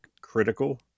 critical